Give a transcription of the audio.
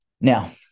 Now